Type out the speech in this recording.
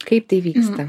kaip tai vyksta